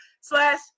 slash